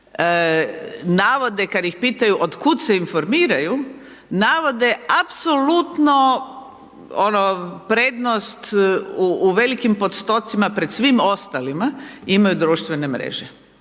navode kad ih pitaju otkud se informiraju, navode apsolutno ono prednost u velikim postocima pred svima ostalima, imaju društvene mreže.